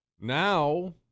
Now